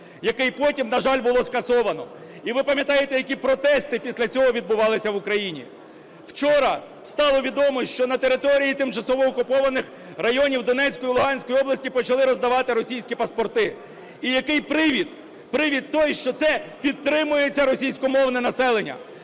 який потім, на жаль, було скасовано. І ви пам'ятаєте, які протести після цього відбувалися в Україні. Вчора стало відомо, що на території тимчасово окупованих районів Донецької і Луганської області почали роздавати російські паспорти. І який привід? Привід той, що це підтримується російськомовне населення.